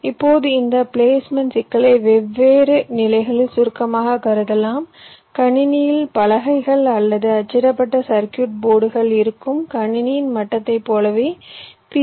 இப்போது இந்த பிளேஸ்மென்ட் சிக்கலை வெவ்வேறு நிலைகளில் சுருக்கமாகக் கருதலாம் கணினியில் பலகைகள் அல்லது அச்சிடப்பட்ட சர்க்யூட் போர்டுகள் இருக்கும் கணினி மட்டத்தைப் போலவே பி